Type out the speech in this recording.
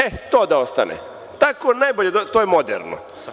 E, to da ostane, tako je najbolje, to je moderno.